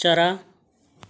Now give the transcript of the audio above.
चरा